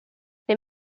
they